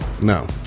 No